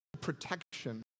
protection